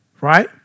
right